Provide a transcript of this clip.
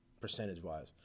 Percentage-wise